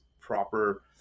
proper